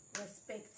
respect